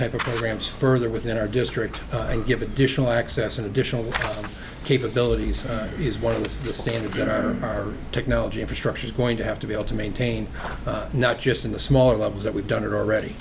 type of programs further within our district and give additional access and additional capabilities is one of the standard gen our technology infrastructure is going to have to be able to maintain not just in the smaller clubs that we've done it already